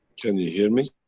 can you hear me?